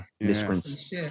misprints